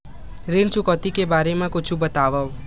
ऋण चुकौती के बारे मा कुछु बतावव?